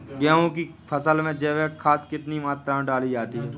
गेहूँ की फसल में जैविक खाद कितनी मात्रा में डाली जाती है?